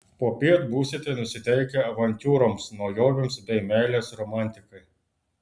popiet būsite nusiteikę avantiūroms naujovėms bei meilės romantikai